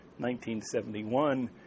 1971